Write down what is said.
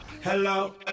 Hello